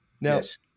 Yes